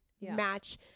match